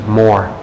more